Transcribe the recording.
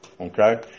Okay